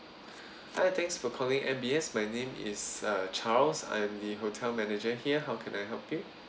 hi thanks for calling M B S my name is uh charles I am the hotel manager here how can I help you